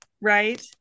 Right